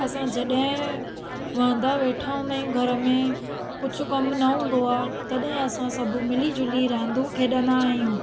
असां जॾहिं वांधा वेठा हूंदा आहियूं घर में कुझु कम न हूंदो आहे तॾहिं असां सभु मिली झुली रांधूं खेॾंदा आहियूं